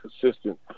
consistent